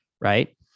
Right